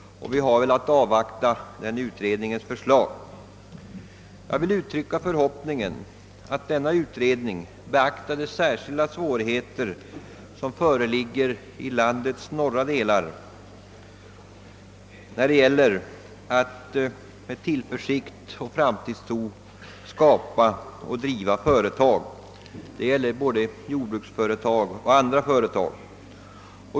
Vi har velat avvakta denna utrednings förslag. Jag vill uttrycka förhoppningen att utredningen kommer att beakta de särskilda svårigheter som föreligger i landets norra delar när det gäller att med tillförsikt och framtidstro driva och skapa företag. Det gäller både jordbruksföretag och andra företag.